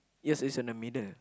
yours is on the middle